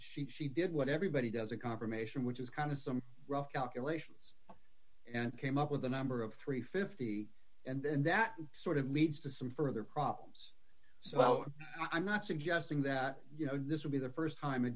she she did what everybody does a confirmation which is kind of some rough calculations and came up with a number of three hundred and fifty and that sort of leads to some further problems so i'm not suggesting that you know this would be the st time a